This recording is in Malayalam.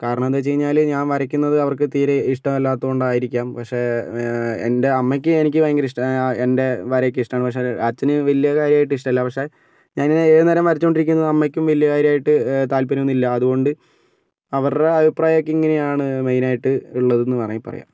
കാരണം എന്തെന്ന് വച്ചുകഴിഞ്ഞാല് ഞാന് വരയ്ക്കുന്നത് അവര്ക്ക് തീരെ ഇഷ്ടമല്ലാത്തോണ്ടായിരിക്കാം പക്ഷേ എന്റെ അമ്മയ്ക്ക് എനിക്ക് ഭയങ്കര ഇഷ്ടമാണ് എന്റെ വരയൊക്കെ ഇഷ്ടമാണ് പക്ഷേ അച്ഛന് വല്യ കാര്യമായിട്ട് ഇഷ്ടമല്ല പക്ഷേ ഞാന് ഏതുനേരം ഇങ്ങനെ വരച്ചോണ്ടിരിക്കുന്നത് അമ്മയ്ക്കും വലിയ കാര്യമായിട്ട് താല്പര്യം ഒന്നുമില്ല അതുകൊണ്ട് അവരുടെ അഭിപ്രായം ഒക്കെ ഇങ്ങനെയാണ് മെയിന് ആയിട്ട് ഉള്ളത് എന്ന് വേണമെങ്കിൽ പറയാം